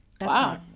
Wow